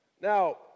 Now